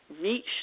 reach